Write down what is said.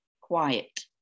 quiet